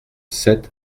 sept